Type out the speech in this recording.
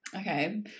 Okay